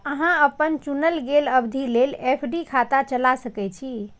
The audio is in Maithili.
अहां अपन चुनल गेल अवधि लेल एफ.डी खाता चला सकै छी